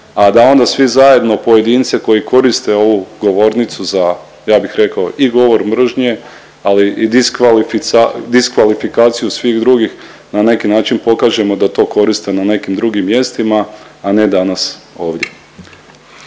a da onda svi zajedno pojedince koji koriste ovu govornicu za ja bih rekao i govor mržnje, ali i diskvalifikaciju svih drugih na neki način pokažemo da to koriste na nekim drugim mjestima, a ne danas ovdje.